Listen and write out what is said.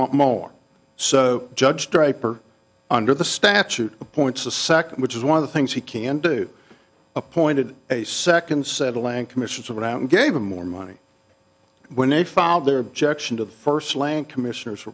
want more so judge draper under the statute appoints a second which is one of the things he can do appointed a second settle and commissions it out and gave him more money when they filed their objection to the first lang commissioner